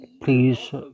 please